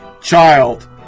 child